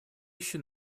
еще